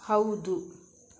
ಹೌದು